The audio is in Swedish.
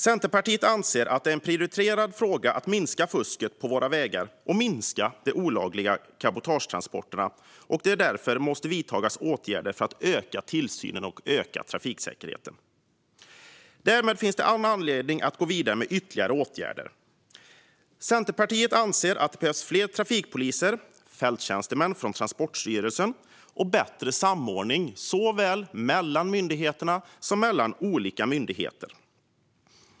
Centerpartiet anser att det är en prioriterad fråga att minska fusket på våra vägar och minska de olagliga cabotagetransporterna, och därför måste det vidtas åtgärder för att öka tillsynen och trafiksäkerheten. Därmed finns all anledning att gå vidare med ytterligare åtgärder. Centerpartiet anser att det behövs fler trafikpoliser, fälttjänstemän från Transportstyrelsen och bättre samordning såväl inom myndigheterna som mellan olika myndigheter.